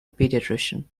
paediatrician